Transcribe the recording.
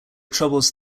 troubles